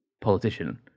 politician